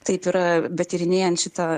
taip ir betyrinėjant šitą